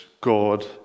God